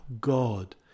God